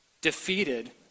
defeated